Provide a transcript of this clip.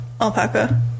alpaca